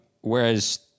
whereas